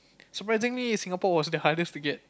surprising Singapore was the hardest to get